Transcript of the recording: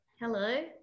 Hello